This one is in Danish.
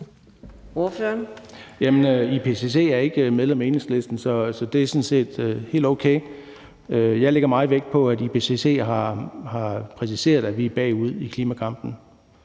Rasmussen (EL): IPCC er ikke medlem af Enhedslisten, så det er sådan set helt okay. Jeg lægger meget vægt på, at IPCC har præciseret, at vi er bagud i klimakampen.